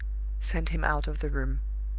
sent him out of the room.